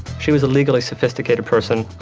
she was a legally sophisticated person.